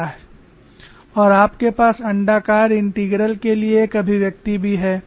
और आपके पास अण्डाकार इंटीग्रल के लिए एक अभिव्यक्ति भी है